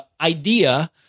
idea